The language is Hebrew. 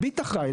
"ביט" אחראי.